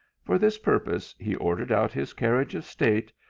for this purpose he ordered out his carriage of state,